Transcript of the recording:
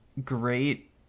great